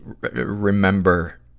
remember